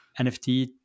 NFT